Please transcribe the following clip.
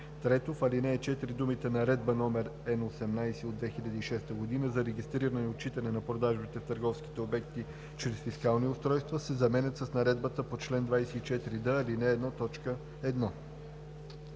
3. В ал. 4 думите „Наредба № Н-18 от 2006 г. за регистриране и отчитане на продажби в търговските обекти чрез фискални устройства“ се заменят с „наредбата по чл. 24д, ал. 1,